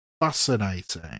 fascinating